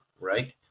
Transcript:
Right